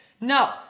no